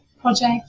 project